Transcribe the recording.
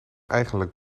eigenlijk